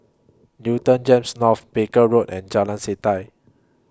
Newton Gems North Barker Road and Jalan Setia